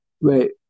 Wait